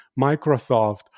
Microsoft